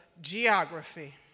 geography